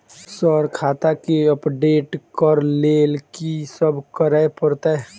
Sir खाता केँ update करऽ लेल की सब करै परतै?